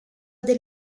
del